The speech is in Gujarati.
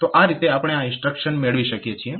તો આ રીતે આપણે આ ઇન્સ્ટ્રક્શન મેળવી શકીએ છીએ